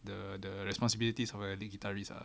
the the responsibilities of a lead guitarist ah